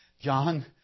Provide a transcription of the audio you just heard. John